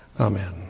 Amen